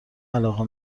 علاقه